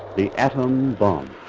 the atom bomb.